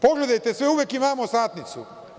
Pogledajte sve, uvek imamo satnicu.